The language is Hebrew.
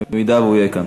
אם יהיה כאן.